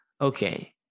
okay